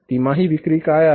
तिमाही विक्री काय आहे